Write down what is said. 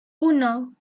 uno